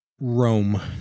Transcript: Rome